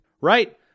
right